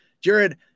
Jared